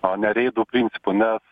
o ne reidų principu nes